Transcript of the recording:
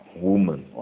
woman